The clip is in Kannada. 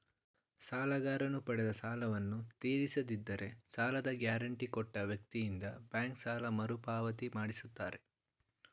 ಸಾಲಗಾರನು ಪಡೆದ ಸಾಲವನ್ನು ತೀರಿಸದಿದ್ದರೆ ಸಾಲದ ಗ್ಯಾರಂಟಿ ಕೊಟ್ಟ ವ್ಯಕ್ತಿಯಿಂದ ಬ್ಯಾಂಕ್ ಸಾಲ ಮರುಪಾವತಿ ಮಾಡಿಸುತ್ತಾರೆ